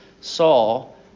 Saul